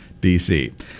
DC